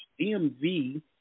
DMV